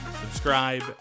subscribe